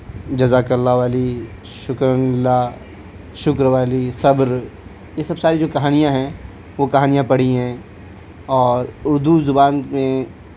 جزاک اللہ والی شکراً لا شکر والی صبر یہ سب ساری جو کہانیاں ہیں وہ کہانیاں پڑھی ہیں اور اردو زبان میں